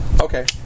Okay